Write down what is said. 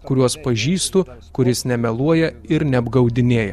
kuriuos pažįstu kuris nemeluoja ir neapgaudinėja